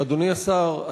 אדוני השר,